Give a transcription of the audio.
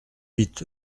huit